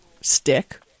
stick